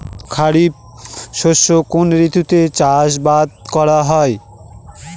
খরিফ শস্য কোন ঋতুতে চাষাবাদ করা হয়?